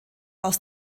aus